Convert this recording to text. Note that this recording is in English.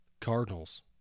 Cardinals